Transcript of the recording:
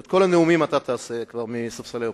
את כל הנאומים אתה כבר תעשה מספסלי האופוזיציה,